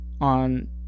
on